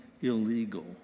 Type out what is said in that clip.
illegal